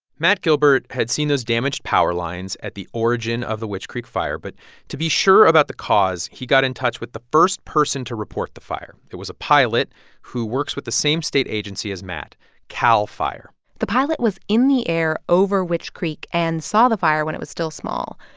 matt gilbert had seen those damaged power lines at the origin of the witch creek fire. but to be sure about the cause, he got in touch with the first person to report the fire. it was a pilot who works with the same state agency as matt cal fire the pilot was in the air over witch creek and saw the fire when it was still small.